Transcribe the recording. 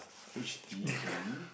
H_D_B